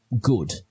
good